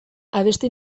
abesti